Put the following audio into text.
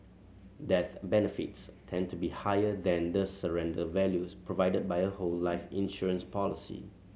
death benefits tend to be higher than the surrender values provided by a whole life insurance policy